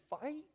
fight